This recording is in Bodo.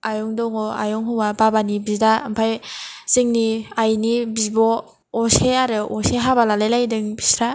आयं दं आयं हौवा बाबानि बिदा ओमफ्राय जोंनि आइनि बिब' असे आरो असे हाबा लालायलायदों बिस्रा